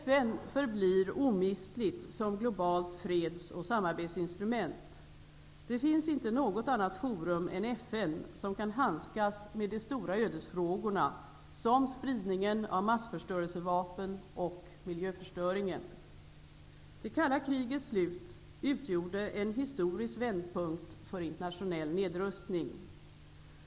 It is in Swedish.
FN förblir omistligt som globalt fredsoch samarbetsinstrument. Det finns inte något annat forum än FN som kan handskas med de stora ödesfrågorna, som spridningen av massförstörelsevapen och miljöförstöringen. Det kalla krigets slut utgjorde en historisk vändpunkt för internationell nedrustning.